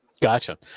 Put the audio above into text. Gotcha